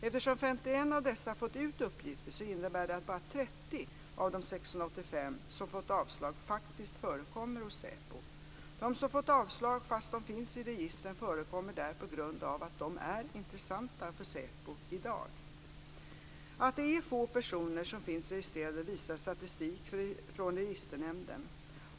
Eftersom 51 av dessa fått ut uppgifter innebär det att bara 30 av de 685 som fått avslag faktiskt förekommer hos SÄPO. De som fått avslag fast de finns i registren förekommer där på grund av att de är intressanta för SÄPO i dag. Att det är få personer som finns registrerade visar statistik från Registernämnden.